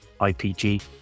IPG